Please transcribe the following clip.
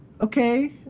okay